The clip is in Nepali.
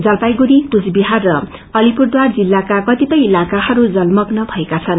जलपाईगुड़ीकुख्विहार र अलिपुरद्वार जिल्ल्का कतिपय इलकाहरू जलमग्न भएका छन्नु